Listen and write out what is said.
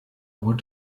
were